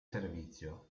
servizio